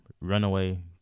Runaway